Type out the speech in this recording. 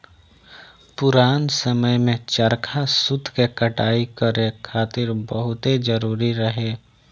पुरान समय में चरखा सूत के कटाई करे खातिर बहुते जरुरी रहे